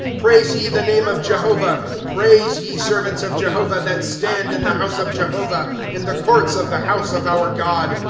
praise ye the name of jehovah praise, ye servants of jehovah, that stand in the house of jehovah, in the courts of the house of our god.